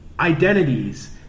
identities